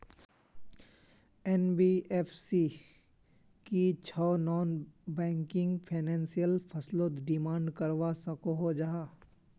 NBFC की छौ non banking financial फसलोत डिमांड करवा सकोहो जाहा?